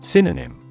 Synonym